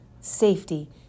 safety